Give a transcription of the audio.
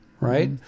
right